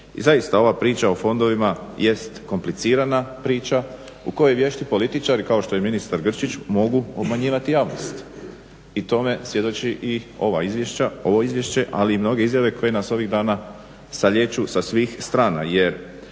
I zaista ova priča o fondovima jest komplicirana priča u kojoj vješti političari kao što je ministar Grčić mogu obmanjivati javnost i tome svjedoči i ovo Izvješće, ali i mnoge izjave koje nas ovih dana salijeću sa svih strana.